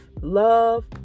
love